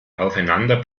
aufeinander